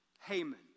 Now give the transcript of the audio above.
Haman